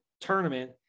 tournament